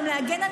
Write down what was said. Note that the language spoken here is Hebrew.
גם להגן על